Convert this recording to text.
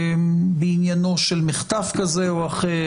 בעניינו של מחטף כזה או אחר,